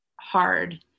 hard